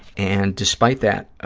and despite that,